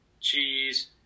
cheese